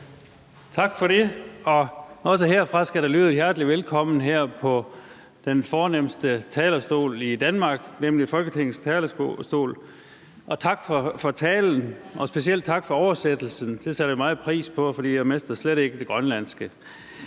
Tak for det, og også herfra skal der lyde et hjerteligt velkommen her på den fornemste talerstol i Danmark, nemlig Folketingets talerstol. Og tak for talen, og specielt tak for oversættelsen. Det sætter jeg meget pris på, for jeg mestrer slet ikke det grønlandske.